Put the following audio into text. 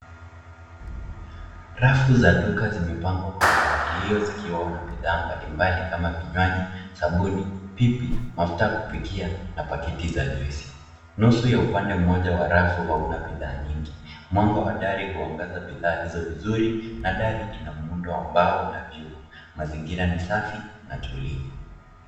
Rafu za duka zimepangwa kwa mpangilio zikiwa na bidhaa mbalimbali kama vinywaji, sabuni, pipi, mafuta ya kupikia na paketi za juisi. Nusu ya upande mmoja wa rafu hauna bidhaa nyingi. Mwanga wa dari huangaza bidhaa hizo vizuri na dari ina muundo wa mbao na vyuma. Mazingira ni safi na tulivu.